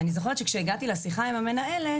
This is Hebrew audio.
אני זוכרת שכאשר הגעתי לשיחה עם המנהלת,